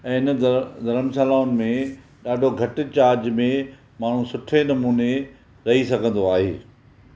ऐं हिन धर्मशालाउनि में ॾाढो घटि चार्ज में माण्हू सुठे नमूने रही सघंदो आहे